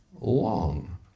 long